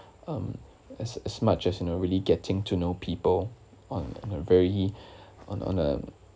um as as much as you know really getting to know people on on a very high on on a